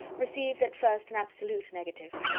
received at first an absolute negative.